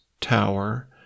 tower